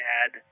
add